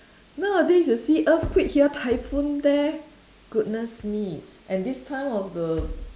nowadays you see earthquake here typhoon there goodness me and this time of the